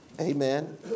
Amen